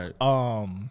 Right